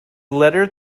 letter